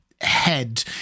head